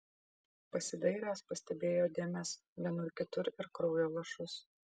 pasidairęs pastebėjo dėmes vienur kitur ir kraujo lašus